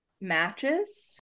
matches